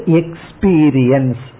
experience